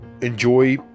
enjoy